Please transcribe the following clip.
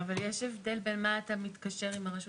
אבל יש הבדל בין מה אתה מתקשר עם הרשות